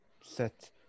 set